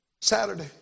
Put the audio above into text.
Saturday